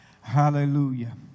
Hallelujah